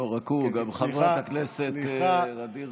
אבי דיכטר (הליכוד): אדוני